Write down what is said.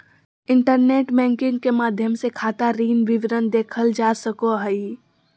internet banking के माध्यम से खाता ऋण विवरण देखल जा सको हइ